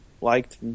liked